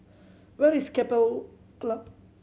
where is Keppel Club